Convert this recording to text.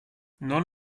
non